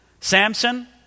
Samson